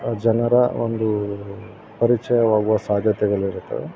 ಜನರ ಒಂದು ಪರಿಚಯವಾಗುವ ಸಾಧ್ಯತೆಗಳಿರುತ್ತೆ